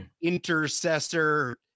intercessor